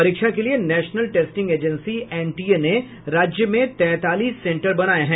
परीक्षा के लिये नेशनल टेस्टिग एजेंसी एनटीए ने राज्य में तैंतालीस सेंटर बनाये हैं